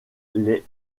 les